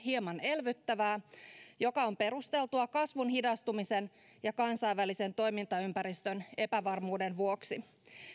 hieman elvyttävää mikä on perusteltua kasvun hidastumisen ja kansainvälisen toimintaympäristön epävarmuuden vuoksi